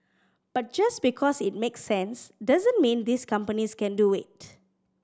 but just because it makes sense doesn't mean these companies can do it